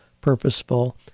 purposeful